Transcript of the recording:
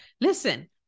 listen